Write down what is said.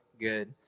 good